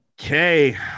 Okay